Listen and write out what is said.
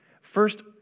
First